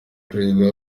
perezida